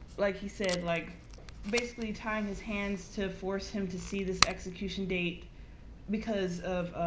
like he said, like basically tying his hands to force him to see this execution date because of